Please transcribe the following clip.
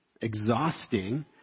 exhausting